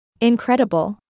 Incredible